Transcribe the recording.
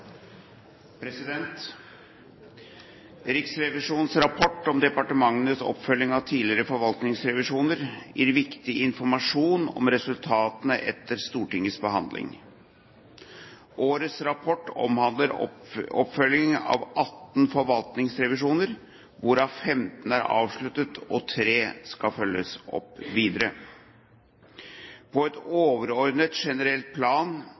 Riksrevisjonens rapport om departementenes oppfølging av tidligere forvaltningsrevisjoner gir viktig informasjon om resultatene etter Stortingets behandling. Årets rapport omhandler oppfølging av 18 forvaltningsrevisjoner, hvorav 15 er avsluttet og tre skal følges opp videre. På et overordnet, generelt plan